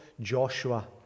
Joshua